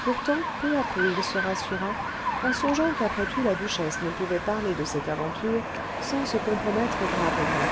pourtant peu à peu il se rassura en songeant qu'après tout la duchesse ne pouvait parler de cette aventure sans se compromettre gravement